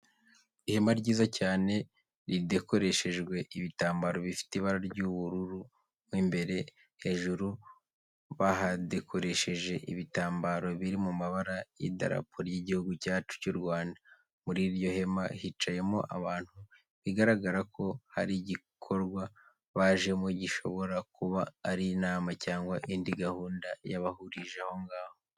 Ihema ryiza cyane ridekoreshejwe ibitambaro bifite ibara ry'ubururu mo imbere, hejuru bahadekoresheje ibitambaro biri mu mabara y'idarapo ry'Igihugu cyacu cy'u Rwanda. Muri iryo hema hicayemo abantu bigaragara ko hari igikorwa bajemo gishobora kuba ari inama cyangwa indi gahunda yabahurije aho ngaho.